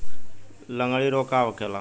लगड़ी रोग का होखेला?